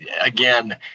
again